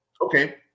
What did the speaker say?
okay